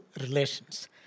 relations